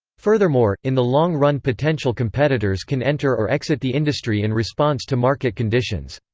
furthermore, in the long-run potential competitors can enter or exit the industry in response to market conditions.